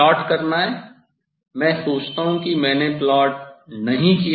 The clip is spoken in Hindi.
अब मुझे प्लाट करना है मैं सोचता हूँ कि मैंने प्लाट नहीं किया है